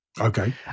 Okay